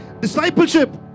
discipleship